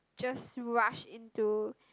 just rush into